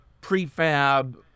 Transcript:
prefab